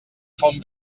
font